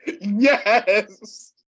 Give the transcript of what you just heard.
yes